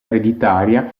ereditaria